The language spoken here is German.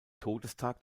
todestag